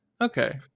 Okay